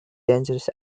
dangerous